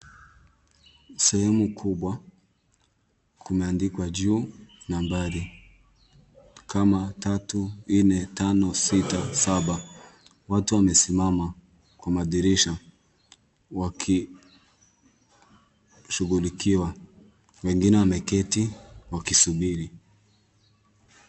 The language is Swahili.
Sehemu kubwa kumeandikwa juu nambari kama tatu, nne, tano, sita, saba. Watu wamesimama kwa madirisha wakishughulikiwa wengine wameketi wakisubiri.